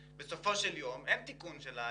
בסופו של יום אין תיקון של הליקויים.